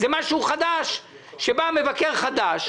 זה משהו חדש שבא מבקר חדש,